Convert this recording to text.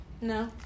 no